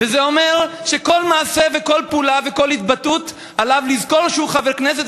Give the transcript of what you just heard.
זה אומר שבכל מעשה ובכל פעולה ובכל התבטאות עליו לזכור שהוא חבר כנסת,